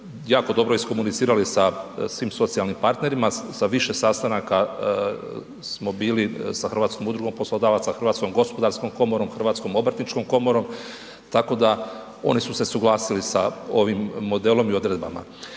jako dobro iskomunicirali sa svim socijalnim partnerima, sa više sastanaka smo bili sa Hrvatskom udrugom poslodavaca, HGK-om, HOK-om, tako da oni su se suglasili sa ovim modelom i odredbama.